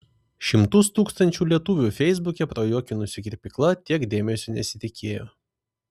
šimtus tūkstančių lietuvių feisbuke prajuokinusi kirpykla tiek dėmesio nesitikėjo